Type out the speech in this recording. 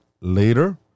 later